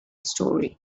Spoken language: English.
story